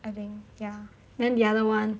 I think ya then the other [one]